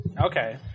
Okay